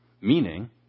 Meaning